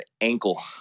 ankle